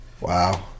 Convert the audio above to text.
Wow